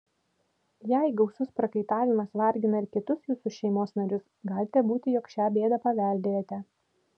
jei gausus prakaitavimas vargina ir kitus jūsų šeimos narius gali būti jog šią bėdą paveldėjote